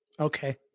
Okay